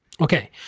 Okay